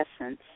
essence